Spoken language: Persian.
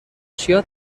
چیا